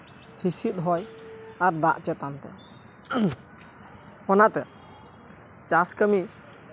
ᱦᱤᱸᱥᱤᱫ ᱦᱚᱭ ᱟᱨ ᱫᱟᱜ ᱪᱮᱛᱟᱱ ᱛᱮ ᱚᱱᱟᱛᱮ ᱪᱟᱥ ᱠᱟᱹᱢᱤ